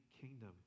kingdom